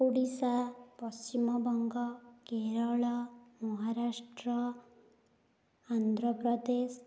Odisha Paschim Banga Kerala Maharashtra Andhra Pradesh